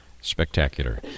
Spectacular